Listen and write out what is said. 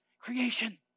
creation